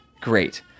great